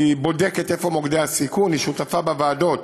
בודקת איפה מוקדי הסיכון, שותפה בוועדות.